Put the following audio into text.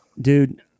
dude